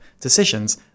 decisions